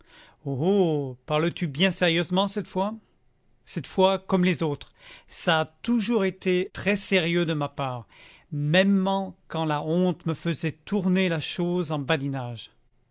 parles-tu bien sérieusement cette fois cette fois comme les autres ça a toujours été très sérieux de ma part mêmement quand la honte me faisait tourner la chose en badinage